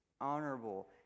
honorable